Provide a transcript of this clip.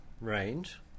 range